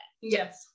Yes